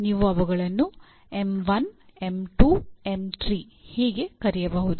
ನೀವು ಅವುಗಳನ್ನು M1 M2 M3 ಹೀಗೆ ಕರೆಯಬಹುದು